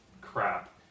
crap